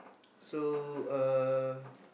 so uh